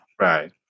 Right